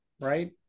right